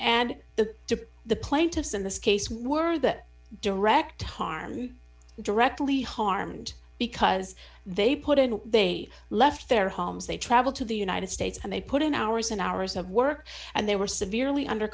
and the to the plaintiffs in this case were that direct harm directly harmed because they put in they left their homes they travel to the united states and they put in hours and hours of work and they were severely under